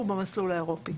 לייבוא במסלול האירופי.